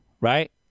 right